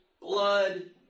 blood